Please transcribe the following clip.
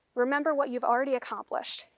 remember what you've already accomplished,